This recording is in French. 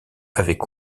avaient